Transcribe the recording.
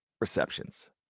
receptions